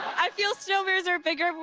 i feel snow bears are bigger,